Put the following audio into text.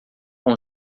com